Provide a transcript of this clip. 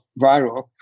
viral